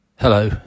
Hello